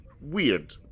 weird